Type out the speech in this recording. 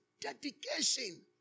Dedication